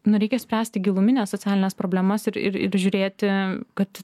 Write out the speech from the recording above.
nu reikia spręsti gilumines socialines problemas ir ir ir žiūrėti kad